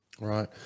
right